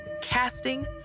casting